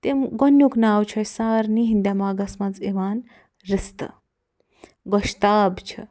تِم گۄڈنیُک ناو چھُ اَسہِ سارنٕے ہٕنٛدِ دٮ۪ماغس منٛز یِوان رِستہٕ گوشتاب چھِ